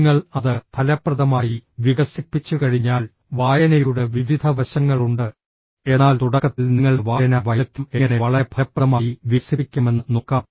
നിങ്ങൾ അത് ഫലപ്രദമായി വികസിപ്പിച്ചുകഴിഞ്ഞാൽ വായനയുടെ വിവിധ വശങ്ങളുണ്ട് എന്നാൽ തുടക്കത്തിൽ നിങ്ങളുടെ വായനാ വൈദഗ്ദ്ധ്യം എങ്ങനെ വളരെ ഫലപ്രദമായി വികസിപ്പിക്കാമെന്ന് നോക്കാം